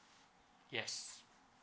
yes